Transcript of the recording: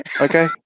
Okay